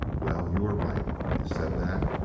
well, you were right when you said that,